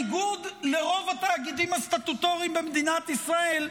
שבניגוד לרוב התאגידים הסטטוטוריים במדינת ישראל,